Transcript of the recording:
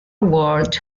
ward